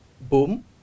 boom